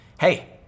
hey